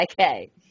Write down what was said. Okay